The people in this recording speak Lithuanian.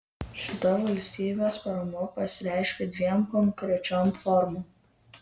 šita valstybės parama pasireiškia dviem konkrečiom formom